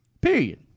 Period